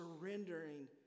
surrendering